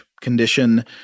condition